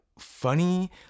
funny